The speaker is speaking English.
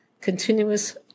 continuous